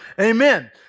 Amen